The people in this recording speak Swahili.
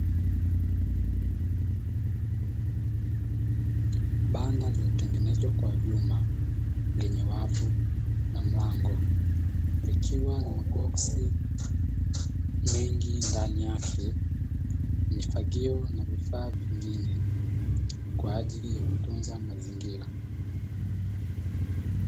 Banda lililotengenezwa kwa vyuma lenye wavu na mlango, likiwa na maboksi mengi ndani yake, mifagio na vifaa vingine kwa ajili ya kutunza mazingira.